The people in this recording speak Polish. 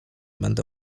będę